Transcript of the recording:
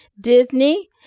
Disney